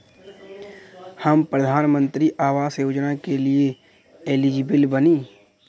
हम प्रधानमंत्री आवास योजना के लिए एलिजिबल बनी?